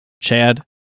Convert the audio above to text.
Chad